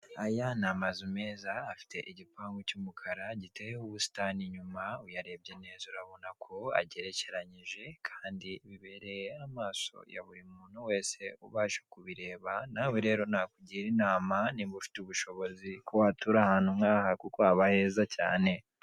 Aya ni amazu meza afite igipangu cy'umukara giteyeho ubusitani inyuma, uyarebye neza urabona ko agerekeranyije kandi bibereye amaso ya buri muntu wese ubasha kubireba, nawe rero nakugira inama niba ufite ubushobozi ko watura ahantu nk'aha kuko haba heza cyane.